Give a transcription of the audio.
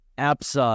App's